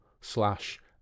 slash